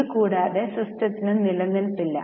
ഇത് കൂടാതെ സിസ്റ്റത്തിന് നിലനില്പില്ല